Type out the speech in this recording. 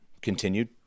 continued